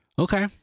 Okay